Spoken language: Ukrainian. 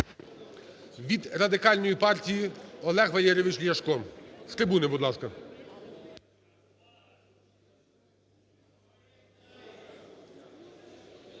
Від Радикальної партії Олег Валерійович Ляшко. З трибуни, будь ласка.